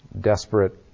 desperate